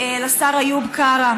לשר איוב קרא,